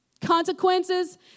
Consequences